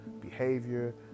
behavior